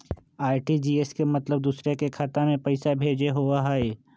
RTGS के मतलब दूसरे के खाता में पईसा भेजे होअ हई?